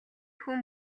хүн